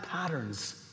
patterns